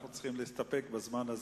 אנחנו צריכים להסתפק בזמן הזה,